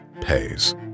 pays